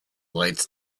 lights